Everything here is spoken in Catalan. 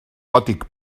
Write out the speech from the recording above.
gòtic